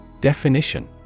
Definition